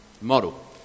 model